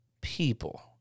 people